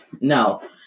No